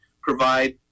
provide